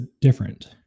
different